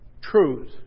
Truth